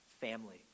family